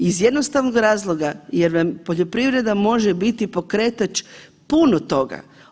Iz jednostavnog razloga jer vam poljoprivreda može biti pokretač puno toga.